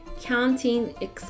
counting